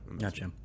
Gotcha